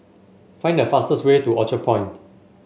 find the fastest way to Orchard Point